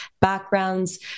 backgrounds